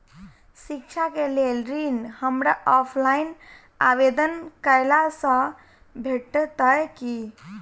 शिक्षा केँ लेल ऋण, हमरा ऑफलाइन आवेदन कैला सँ भेटतय की?